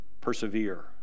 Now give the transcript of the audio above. persevere